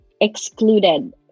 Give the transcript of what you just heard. excluded